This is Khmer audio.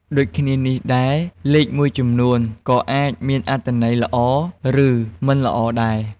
ដូចគ្នានេះដែរ លេខមួយចំនួនក៏អាចមានអត្ថន័យល្អ ឬមិនល្អដែរ។